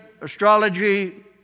astrology